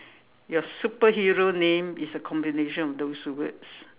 your superhero name is a combination of those words